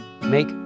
make